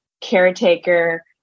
caretaker